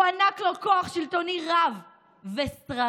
הוענק לו כוח שלטוני רב ושררה.